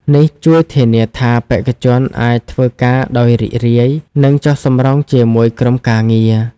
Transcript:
នេះជួយធានាថាបេក្ខជនអាចធ្វើការដោយរីករាយ និងចុះសម្រុងជាមួយក្រុមការងារ។